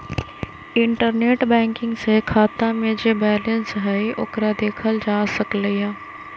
internet banking से खाता में जे बैलेंस हई ओकरा देखल जा सकलई ह